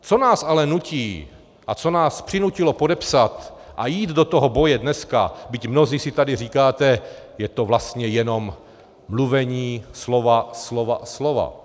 Co nás ale nutí a co nás přinutilo podepsat a jít do toho boje dneska, byť mnozí si tady říkáte, je to vlastně jenom mluvení, slova, slova a slova?